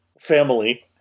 Family